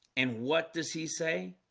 and what does he say